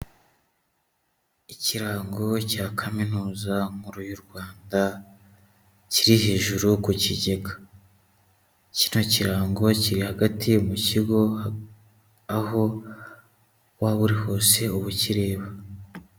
Ikirango cya kaminuza nkuru y'u Rwanda, kiri hejuru ku kigega. Kino kirango kiri hagati mu kigo, aho waba uri hose uba ukirereba.